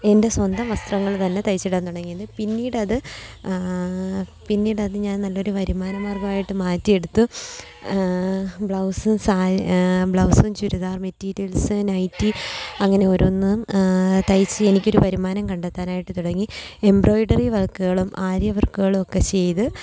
എൻ്റെ സ്വന്തം വസ്ത്രങ്ങള് തന്നെ തയ്ച്ചിടാന് തുടങ്ങിയത് പിന്നീടത് പിന്നീടത് ഞാൻ നല്ലൊരു വരുമാന മാർഗ്ഗമായിട്ട് മാറ്റിയെടുത്തു ബ്ലൗസ് ബ്ലൗസും ചുരിദാർ മെറ്റീരിയൽസ് നൈറ്റി അങ്ങനെ ഓരോന്നും തയ്ച്ച് എനിക്കൊരു വരുമാനം കണ്ടെത്താനായിട്ട് തുടങ്ങി എംബ്രോയ്ഡെറി വർക്കുകളും ആരിയ വർക്കുകളുമൊക്കെ ചെയ്ത്